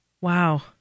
wow